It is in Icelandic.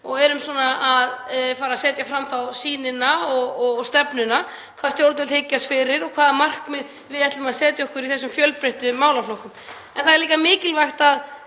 og erum að fara að setja fram sýnina og stefnuna, hvað stjórnvöld hyggjast fyrir og hvaða markmið við ætlum að setja okkur í þessum fjölbreyttu málaflokkum. Það er líka mikilvægt með